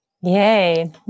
Yay